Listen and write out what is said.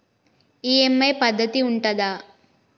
EMI పద్ధతి ఉంటదా?